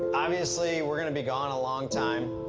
obviously we're going to be gone a long time.